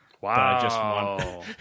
Wow